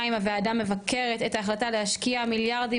הוועדה מבקרת את ההחלטה להשקיע מיליארדים